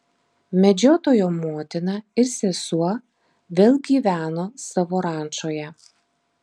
medžiotojo motina ir sesuo vėl gyveno savo rančoje